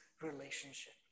relationship